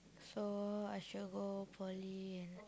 so I sure go Poly and